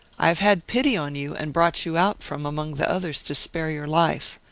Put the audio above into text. i have had pity on you and brought you out from among the others to spare your life.